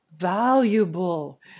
valuable